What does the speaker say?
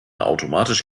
automatisch